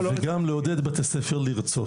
וגם לעודד בתי ספר לרצות.